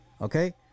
okay